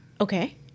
Okay